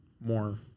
more